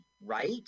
right